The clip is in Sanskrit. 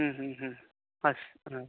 अस्तु